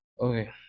Okay